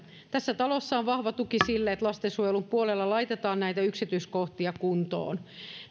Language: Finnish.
tässä talossa on vahva tuki sille että lastensuojelun puolella laitetaan näitä yksityiskohtia kuntoon